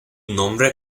nombre